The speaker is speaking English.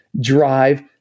drive